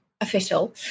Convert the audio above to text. official